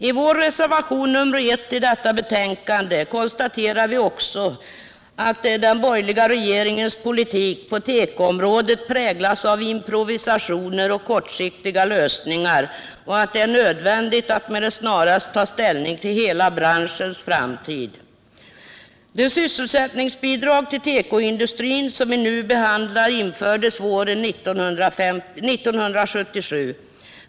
I vår reservation nr 1 till detta betänkande konstaterar vi också att den borgerliga regeringens politik på tekoområdet präglas av improvisationer och kortsiktiga lösningar och att det är nödvändigt att med det snaraste ta ställning till hela branschens framtid. Det sysselsättningsbidrag till tekoindustrin som vi nu behandlar infördes våren 1977.